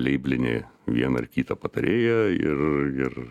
leiblini vieną ar kitą patarėją ir ir